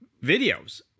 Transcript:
videos